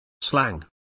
Slang